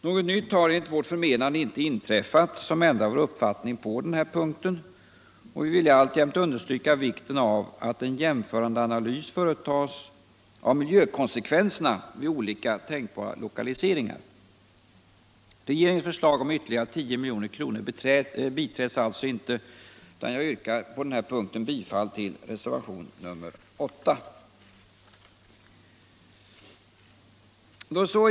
Något nytt har enligt vårt förmenande inte inträffat som ändrar vår uppfattning på den här punkten. Och vi vill alltjämt understryka vikten av att en jämförande analys företas av miljökonsekvenserna vid olika tänkbara lokaliseringar. Regeringens förslag om ytterligare 10 milj.kr. biträds alltså inte, utan jag yrkar på den här punkten bifall till reservationen 8.